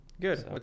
Good